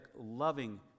loving